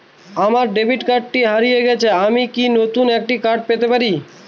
আমার ডেবিট কার্ডটি হারিয়ে গেছে আমি কি নতুন একটি কার্ড পেতে পারি?